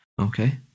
Okay